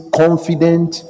confident